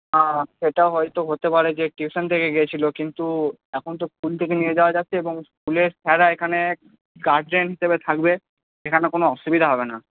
হ্যাঁ সেটা হয়তো হতে পারে যে টিউশন থেকে গিয়েছিল কিন্তু এখন তো স্কুল থেকে নিয়ে যাওয়া যাচ্ছে এবং স্কুলের স্যাররা এখানে গার্জেন হিসাবে থাকবে সেখানে কোনও অসুবিধা হবে না